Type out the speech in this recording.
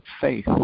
faith